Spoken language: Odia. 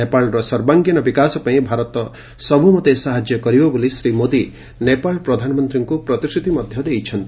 ନେପାଳର ସର୍ବାଙ୍ଗୀନ ବିକାଶ ପାଇଁ ଭାରତ ସବୁମନ୍ତେ ସାହାଯ୍ୟ କରିବ ବୋଲି ଶ୍ରୀ ମୋଦି ନେପାଳ ପ୍ରଧାନମନ୍ତ୍ରୀଙ୍କୁ ପ୍ରତିଶ୍ରୁତି ଦେଇଛନ୍ତି